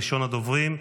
ראשון הדוברים,